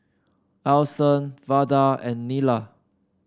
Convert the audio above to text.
Alston Vada and Nila